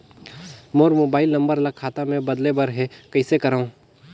मोर mobile number ल खाता मे बदले बर हे कइसे करव?